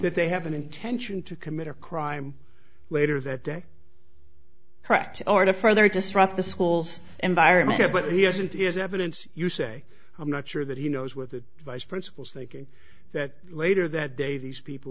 that they have an intention to commit a crime later that day correct or to further disrupt the school's environment but he hasn't is evidence you say i'm not sure that he knows what the vice principals thinking that later that day these people